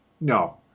no